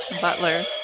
Butler